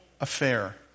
affair